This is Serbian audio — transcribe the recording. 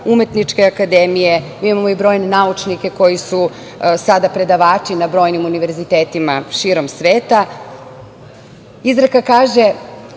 Umetničke akademije. Mi imamo i brojne naučnike koji su sada predavači na brojnim univerzitetima širom sveta. Izreka kaže